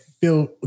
feel